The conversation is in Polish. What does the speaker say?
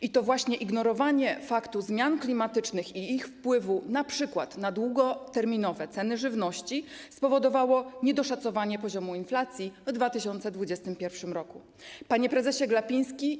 I to właśnie ignorowanie faktu zmian klimatycznych i ich wpływu np. na długoterminowe ceny żywności spowodowało niedoszacowanie poziomu inflacji w 2021 r. Panie Prezesie Glapiński!